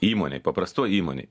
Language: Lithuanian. įmonėj paprastoj įmonėj